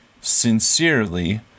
Sincerely